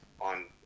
on